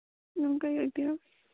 ꯂꯝ ꯀꯩ ꯑꯣꯏꯕꯤꯔꯕ